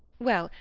well,